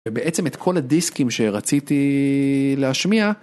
ובעצם את כל הדיסקים שרציתי להשמיע.